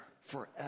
forever